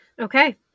Okay